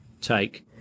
take